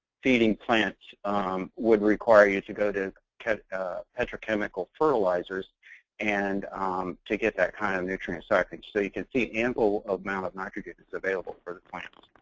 feeding plants would require you to go to petrochemical fertilizers and um to get that kind of nutrient. so so you can see ample amount of nitrogen is available for the plants.